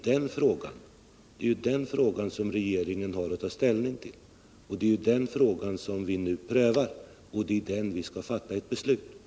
Det är ju den frågan som regeringen har att ta ställning till och det är den frågan som vi nu prövar och som vi skall fatta beslut om.